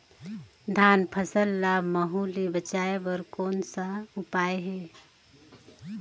धान फसल ल महू ले बचाय बर कौन का उपाय हे?